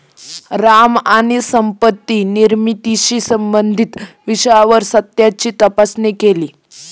राम यांनी संपत्ती निर्मितीशी संबंधित विषयावर सत्याची तपासणी केली